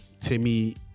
Timmy